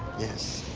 yes.